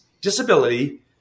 disability